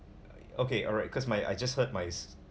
okay alright cause my I just heard my